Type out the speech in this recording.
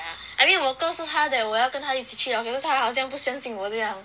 yeah I mean 我告诉她 that 我要跟她一起去 hor 可是她好像不相信我这样